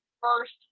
first